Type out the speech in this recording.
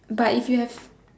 but if you have